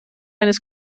eines